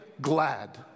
glad